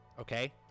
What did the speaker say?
Okay